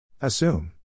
assume